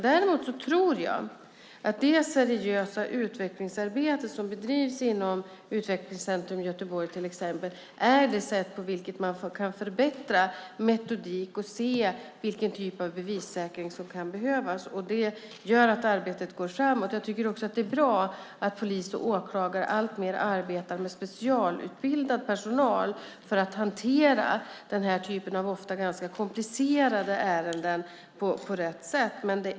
Däremot tror jag att det seriösa utvecklingsarbete som bedrivs inom till exempel Utvecklingscentrum i Göteborg är det sätt på vilket man kan förbättra metodiken och se vilken typ av bevissäkring som kan behövas. De gör att arbetet går framåt. Det är också bra att polis och åklagare alltmer arbetar med specialutbildad personal för att hantera denna typ av ofta ganska komplicerade ärenden på rätt sätt.